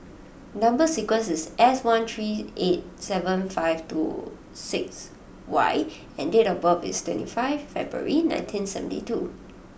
number sequence is S one three eight seven five two six Y and date of birth is twenty five February nineteen seventy two